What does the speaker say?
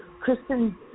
Kristen